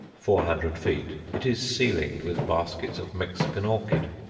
four hundred feet, it is ceilinged with baskets of mexican orchid,